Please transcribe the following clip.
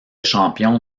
champion